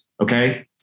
Okay